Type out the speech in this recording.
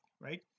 right